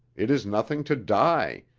it is nothing to die,